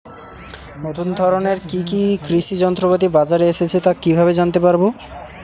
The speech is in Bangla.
নতুন ধরনের কি কি কৃষি যন্ত্রপাতি বাজারে এসেছে তা কিভাবে জানতেপারব?